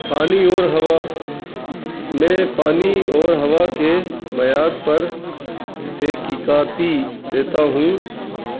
پانی اور ہوا میں پانی اور ہوا کے معیار پر تقییکاتی دیتا ہوں